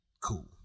cool